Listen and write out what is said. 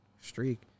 Streak